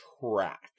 track